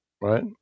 right